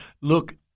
Look